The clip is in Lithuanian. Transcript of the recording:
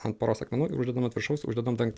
ant poros akmenų ir uždedam ant viršaus uždedam dan